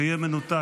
זה יהיה מנותק